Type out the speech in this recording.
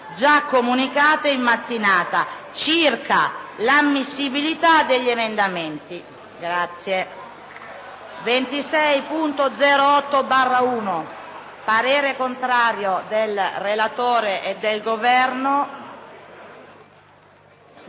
già comunicate in mattinata circa l'ammissibilità degli emendamenti.